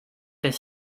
est